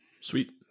Sweet